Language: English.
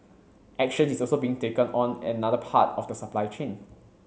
action is also being taken on another part of the supply chain